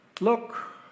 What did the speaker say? look